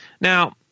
Now